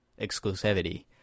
exclusivity